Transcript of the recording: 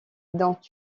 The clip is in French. dont